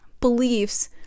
beliefs